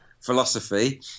philosophy